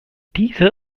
diese